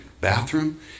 bathroom